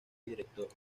director